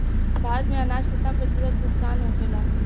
भारत में अनाज कितना प्रतिशत नुकसान होखेला?